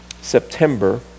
September